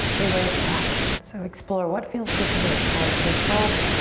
embrace that. so explore what feels good today, palms face up,